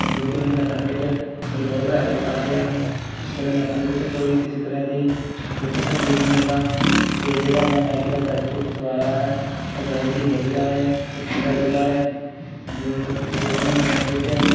ਜੋ ਕਿ ਮੈਨੂੰ ਨੱਠਣ ਵਿੱਚ ਮੇਰੀ ਬਹੁਤ ਹੈਲਪ ਕਰਦੇ ਹਨ ਅਤੇ ਮੈਂ ਨੱਠਣ ਵਿੱਚ ਕੋਈ ਕਿਸੇ ਤਰ੍ਹਾਂ ਦੀ ਦੁੱਖ ਤਕਲੀਫ ਨਹੀਂ ਹੁੰਦਾ ਅਤੇ ਜਿਹੜਾ ਮੈਂ ਨਾਈਕੀ ਦਾ ਟਰੈਕਸੂਟ ਸਵਾਇਆ ਹੈ ਉਹ ਬਹੁਤ ਹੀ ਵਧੀਆ ਹੈ ਅਤੇ ਖੁੱਲ੍ਹਾ ਡੁੱਲਾ ਹੈ ਜੋ ਜੋ ਕਿ ਮੈ ਨੱਠਣ ਵਿੱਚ